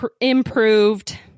improved